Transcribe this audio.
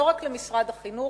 לא רק של משרד החינוך,